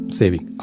saving